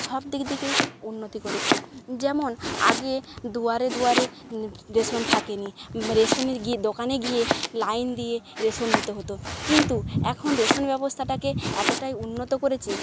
সবদিক দিকেই উন্নতি করেছে যেমন আগে দুয়ারে দুয়ারে রেশন থাকেনি রেশনের দোকানে গিয়ে লাইন দিয়ে রেশন নিতে হতো কিন্তু এখন রেশন ব্যবস্থাটাকে এতোটাই উন্নত করেছে